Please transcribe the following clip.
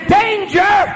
danger